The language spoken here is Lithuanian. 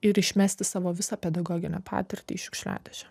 ir išmesti savo visą pedagoginę patirtį į šiukšliadėžę